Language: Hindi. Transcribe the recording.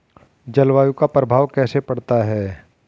जलवायु का प्रभाव कैसे पड़ता है?